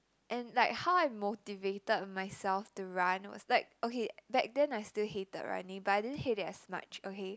and like how I motivated myself to run was like okay back then I still hated running but I didn't hate it as much okay